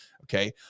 Okay